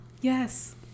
yes